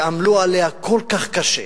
שעמלו עליה כל כך קשה,